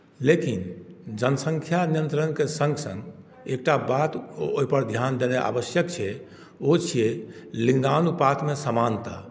लेकिन जनसङ्ख्या नियन्त्रणके सङ्ग सङ्ग एकटा बात ओहिपर ध्यान देनाइ आवश्यक छै ओ छियै लिङ्गानुपातमे समानता